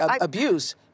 abuse